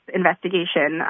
investigation